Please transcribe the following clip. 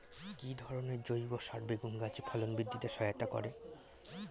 কি ধরনের জৈব সার বেগুন গাছে ফলন বৃদ্ধিতে সহায়তা করে?